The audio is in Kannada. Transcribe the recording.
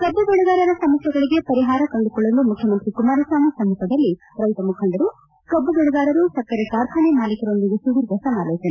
ಕಬ್ಬು ಬೆಳೆಗಾರರ ಸಮಸ್ಯೆಗಳಿಗೆ ಪರಿಹಾರ ಕಂಡುಕೊಳ್ಳಲು ಮುಖ್ಯಮಂತ್ರಿ ಕುಮಾರಸ್ವಾಮಿ ಸಮ್ಮಖದಲ್ಲಿ ರೈತ ಮುಖಂಡರು ಕಬ್ಬು ಬೆಳೆಗಾರರು ಸಕ್ಕರೆ ಕಾರ್ಖಾನೆ ಮಾಲೀಕರೊಂದಿಗೆ ಸುಧೀರ್ಘ ಸಮಾಲೋಚನೆ